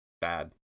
bad